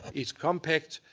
it's compact,